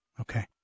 Okay